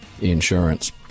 Insurance